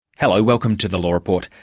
hello, welcome to the law report.